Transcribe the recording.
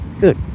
Good